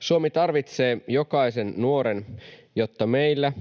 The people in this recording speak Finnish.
Suomi tarvitsee jokaisen nuoren, jotta meillä